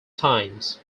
times